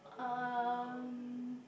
um